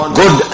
good